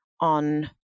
on